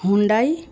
Hyundai